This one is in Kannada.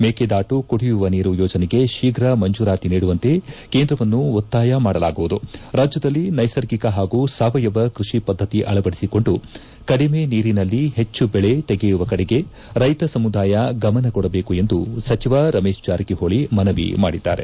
ಮೇಕೆದಾಟು ಕುಡಿಯುವ ನೀರು ಯೋಜನೆಗೆ ಶೀಫ್ರ ಮಂಜೂರಾತಿ ನೀಡುವಂತೆ ಕೇಂದ್ರವನ್ನು ಒತ್ತಾಯ ಮಾಡಲಾಗುವುದು ರಾಜ್ಯದಲ್ಲಿ ನೈಸರ್ಗಿಕ ಹಾಗೂ ಸಾವಯವ ಕೃಷಿ ಪದ್ದತಿ ಅಳವಡಿಸಿಕೊಂಡು ಕಡಿಮೆ ನೀರಿನಲ್ಲಿ ಹೆಚ್ಚು ಬೆಳೆ ತೆಗೆಯುವ ಕಡೆಗೆ ರೈತ ಸಮುದಾಯ ಗಮನ ಕೊಡಬೇಕು ಎಂದು ಸಚಿವ ರಮೇಶ್ ಜಾರಕಿಹೊಳಿ ಮನವಿ ಮಾಡಿದ್ದಾರೆ